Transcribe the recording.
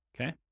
okay